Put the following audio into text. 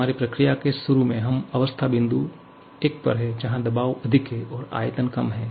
हमारी प्रक्रिया के शुरू में हम अवस्था बिंदु 1 पर हैं जहां दबाव अधिक है और आयतन कम है